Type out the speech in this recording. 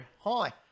Hi